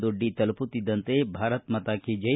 ದೊಡ್ಡಿ ತಲುಪುತ್ತಿದ್ದಂತೆ ಭಾರತ್ ಮಾತಾಕೀ ಜೈ